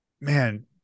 man